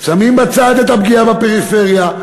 שמים בצד את הפגיעה בפריפריה,